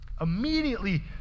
Immediately